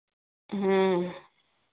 हाँ